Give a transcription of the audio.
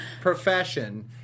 profession